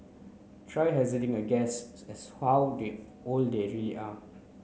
try hazarding a guess as how old old they really are